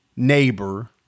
neighbor